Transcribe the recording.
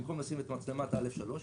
במקום לשים את מצלמת א'3,